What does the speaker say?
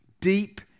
deep